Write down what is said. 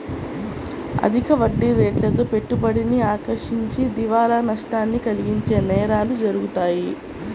అధిక వడ్డీరేట్లతో పెట్టుబడిని ఆకర్షించి దివాలా నష్టాన్ని కలిగించే నేరాలు జరుగుతాయి